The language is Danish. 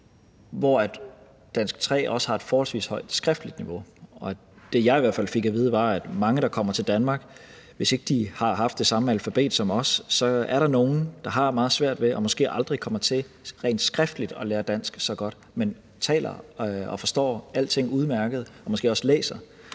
hvor dansk 3 også har et forholdsvis højt skriftligt niveau. Og det, jeg i hvert fald fik at vide, var, at der er nogle, der kommer til Danmark, som, hvis ikke de har haft det samme alfabet som os, har meget svært ved og måske aldrig kommer til rent skriftligt at lære dansk så godt, men som taler og forstår alting udmærket og måske også kan